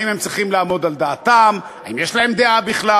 האם הם צריכים לעמוד על דעתם, אם יש להם דעה בכלל?